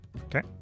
Okay